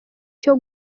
cyo